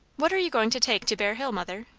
what are you going to take to bear hill, mother?